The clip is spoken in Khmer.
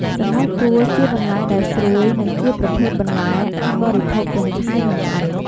សណ្តែកគួរ ជាបន្លែដែលស្រួយ និងជាប្រភេទបន្លែអាចបរិភោគទាំងឆៅនិងឆ្អិន។